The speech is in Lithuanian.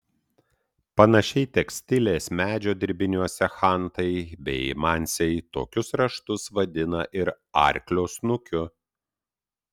panašiai tekstilės medžio dirbiniuose chantai bei mansiai tokius raštus vadina ir arklio snukiu